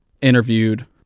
interviewed